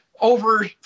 over